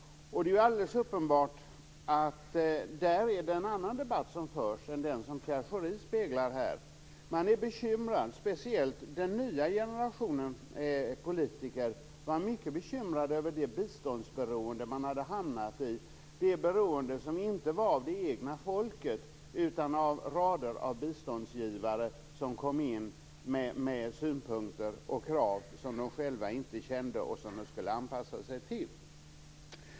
Det är alldeles uppenbart att där förs en annan debatt än den som Pierre Schori speglar här. Speciellt den nya generationen politiker var mycket bekymrade över det biståndsberoende man hade hamnat i. Det var ett beroende inte av det egna folket utan av rader av biståndsgivare som kom med synpunkter och krav som man själv inte kände och som man skulle anpassa sig till.